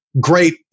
great